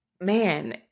man